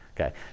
okay